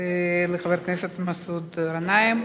לחבר הכנסת מסעוד גנאים.